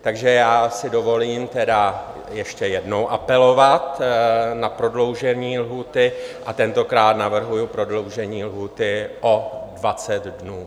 Takže já si dovolím tedy ještě jednou apelovat na prodloužení lhůty, a tentokrát navrhuji prodloužení lhůty o 20 dnů.